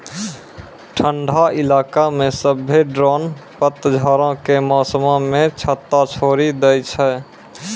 ठंडा इलाका मे सभ्भे ड्रोन पतझड़ो के मौसमो मे छत्ता छोड़ि दै छै